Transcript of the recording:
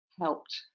helped